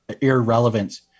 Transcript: irrelevance